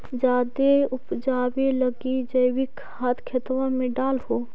जायदे उपजाबे लगी जैवीक खाद खेतबा मे डाल हो?